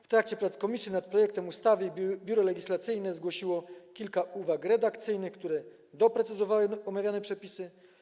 W trakcie prac komisji nad projektem ustawy Biuro Legislacyjne zgłosiło kilka uwag redakcyjnych doprecyzowujących omawiane przepisy.